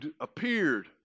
appeared